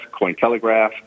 CoinTelegraph